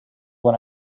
when